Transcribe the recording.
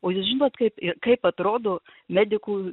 o jūs žinot kaip i kaip atrodo medikų